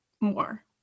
more